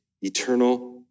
eternal